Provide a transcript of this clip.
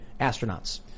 astronauts